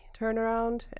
turnaround